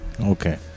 okay